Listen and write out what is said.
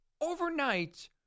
overnight